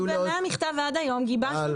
היו